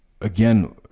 Again